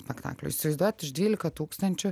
spektaklių įsivaizduojat iš dvylika tūkstančių